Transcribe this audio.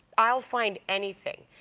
i will find anything,